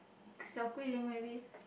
Xiao-Gui-Lin maybe